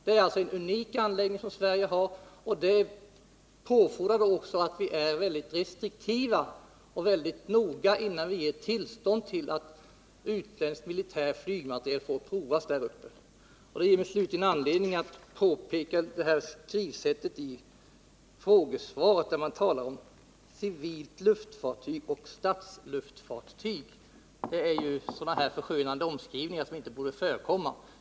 Det är alltså en unik anläggning som Sverige har, och det kräver att vi är mycket restriktiva och noga innan vi ger tillstånd till utländsk militär att prova flygmateriel där uppe. Detta ger mig slutligen anledning att påpeka det skrivsätt som förekommer i frågesvaret, där det talas om civilt luftfartyg och statsluftfartyg. Det är sådana förskönande omskrivningar som inte borde få förekomma.